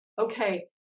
okay